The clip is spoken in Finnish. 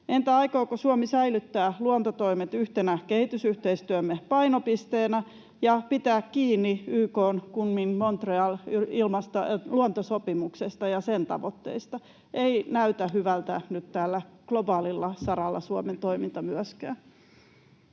Entä aikooko Suomi säilyttää luontotoimet yhtenä kehitysyhteistyömme painopisteenä ja pitää kiinni YK:n Kunmingin—Montrealin luontosopimuksesta ja sen tavoitteista? Ei näytä Suomen toiminta hyvältä nyt myöskään